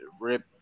Rip